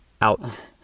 out